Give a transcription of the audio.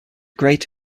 great